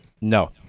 No